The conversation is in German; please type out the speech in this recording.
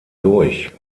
durch